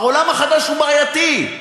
העולם החדש הוא בעייתי.